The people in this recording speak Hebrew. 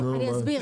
רגע, אני אסביר.